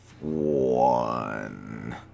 one